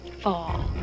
fall